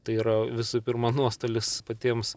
tai yra visų pirma nuostolis patiems